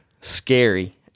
scary